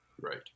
Right